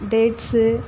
dates